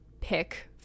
pick